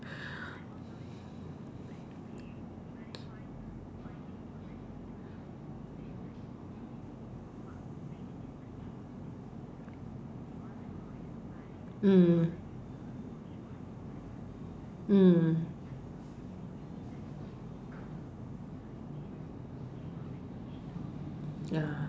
mm mm